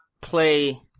play